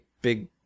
big